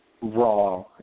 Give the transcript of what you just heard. Raw